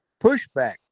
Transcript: pushback